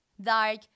dark